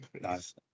Nice